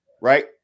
Right